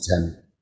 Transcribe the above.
ten